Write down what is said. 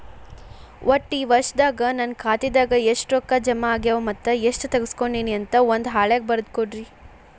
ಒಟ್ಟ ಈ ವರ್ಷದಾಗ ನನ್ನ ಖಾತೆದಾಗ ಎಷ್ಟ ರೊಕ್ಕ ಜಮಾ ಆಗ್ಯಾವ ಮತ್ತ ಎಷ್ಟ ತಗಸ್ಕೊಂಡೇನಿ ಅಂತ ಒಂದ್ ಹಾಳ್ಯಾಗ ಬರದ ಕೊಡ್ರಿ